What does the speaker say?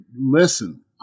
listen